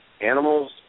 Animals